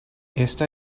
esta